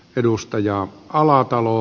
edustaja alatalo